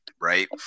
right